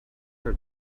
her